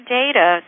data